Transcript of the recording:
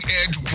edge